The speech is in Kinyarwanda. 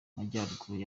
majyaruguru